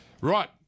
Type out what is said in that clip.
right